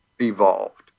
evolved